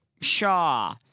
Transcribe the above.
Shaw